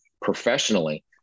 professionally